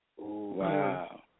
Wow